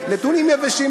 נתונים יבשים,